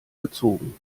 gezogen